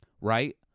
Right